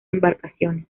embarcaciones